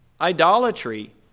idolatry